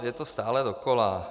Je to stále dokola.